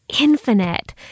infinite